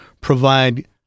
provide